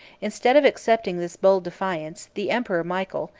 instead of accepting this bold defiance, the emperor michael,